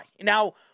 Now